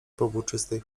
powłóczystej